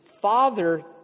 father